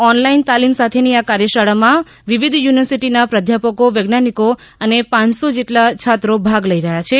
online તાલીમ સાથેની આ કાર્યશાળામાં વિવિધ યુનિવર્સીટીના પ્રદથાપકો વૈજ્ઞાનિકો અને પાંચસો જેટલા છાત્રો ભાગ લઈ રહ્યા છે